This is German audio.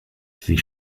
sie